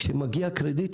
כשמגיע קרדיט,